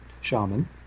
shaman